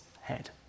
head